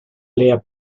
leer